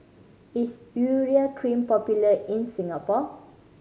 is Urea Cream popular in Singapore